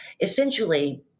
essentially